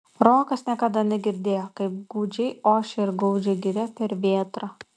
rokas niekada negirdėjo kaip gūdžiai ošia ir gaudžia giria per vėtrą